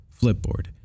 Flipboard